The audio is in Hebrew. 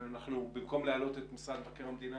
במקום להעלות את משרד המבקר המדינה,